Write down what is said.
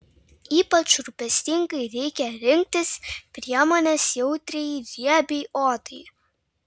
ypač rūpestingai reikia rinktis priemones jautriai riebiai odai